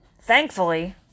thankfully